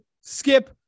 Skip